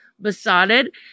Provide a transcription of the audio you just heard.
besotted